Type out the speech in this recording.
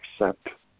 accept